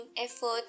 effort